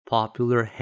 Popular